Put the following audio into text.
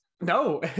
No